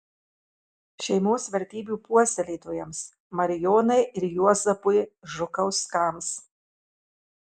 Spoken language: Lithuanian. šeimos vertybių puoselėtojams marijonai ir juozapui žukauskams